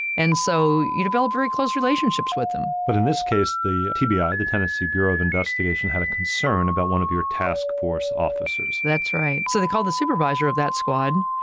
and so, you develop very close relationships with them. but in this case, the tbi, the tennessee bureau of investigation, had a concern about one of your task force officers. that's right. so, they called the supervisor of that squad.